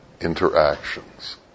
interactions